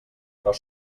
però